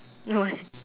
no